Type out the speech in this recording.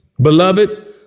beloved